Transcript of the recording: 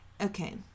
Okay